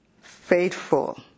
faithful